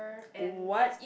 what